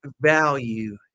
value